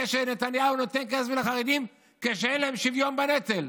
שנתניהו נותן כסף לחרדים כשאין להם שוויון בנטל,